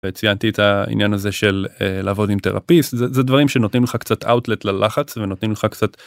ציינתי את העניין הזה של לעבוד עם תרפיסט זה דברים שנותנים לך קצת אווטלט ללחץ ונותנים לך קצת